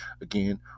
Again